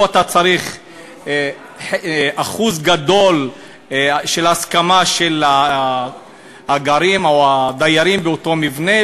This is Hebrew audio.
פה אתה צריך אחוז גדול של הסכמה של הגרים או הדיירים באותו מבנה,